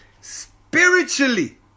spiritually